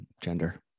gender